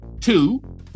Two